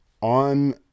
on